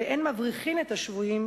ואין מבריחין את השבויים,